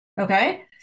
okay